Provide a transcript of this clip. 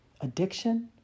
addiction